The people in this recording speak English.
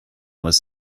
was